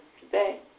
today